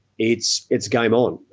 it's it's game on,